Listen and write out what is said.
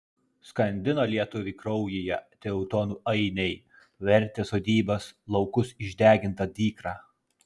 skandino lietuvį kraujyje teutonų ainiai vertė sodybas laukus išdeginta dykra